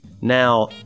Now